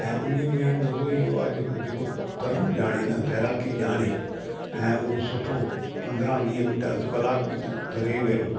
ऐं उन्हीअ में मज़ो इहो आहे जेको जेको तरण ॼाणे न तैराकी ॼाणे ऐं उहो सुठो पंद्रहं वीह मिंट अधु कलाकु बि तरे वियो